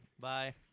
Bye